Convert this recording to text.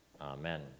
Amen